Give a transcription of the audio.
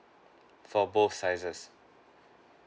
for both sizes